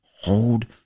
hold